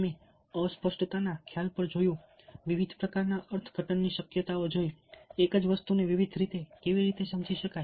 અમે અસ્પષ્ટતાના ખ્યાલ પર જોયું વિવિધ પ્રકારના અર્થઘટનની શક્યતાઓ જોઈ એક જ વસ્તુને વિવિધ રીતે કેવી રીતે સમજી શકાય